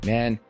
Man